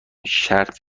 شرط